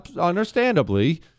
understandably